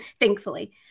thankfully